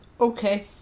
okay